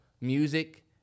music